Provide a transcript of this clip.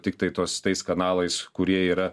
tiktai tuos tais kanalais kurie yra